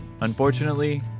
Unfortunately